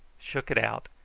shook it out,